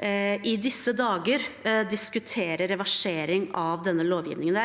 i disse dager diskuterer reversering av denne lovgivningen.